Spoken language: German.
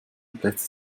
plätze